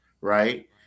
right